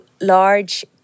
large